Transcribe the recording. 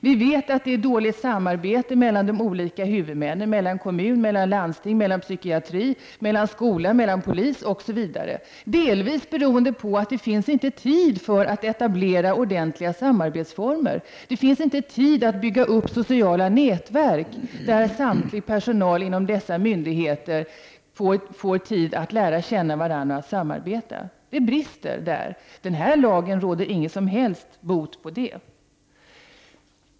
Vi vet att det är dåligt samarbete mellan de olika huvudmännen — mellan kommuner, landsting, psykiatri, skola, polis, osv., delvis beroende på att det inte finns tid att etablera ordentliga samarbetsformer. Det finns inte tid att bygga upp sociala nätverk där all personal inom dessa myndigheter får tid att lära känna varandra och samarbeta. Det brister där. Detta förslag till lagändring råder inte bot på detta.